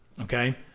okay